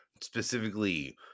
specifically